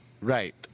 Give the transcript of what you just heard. Right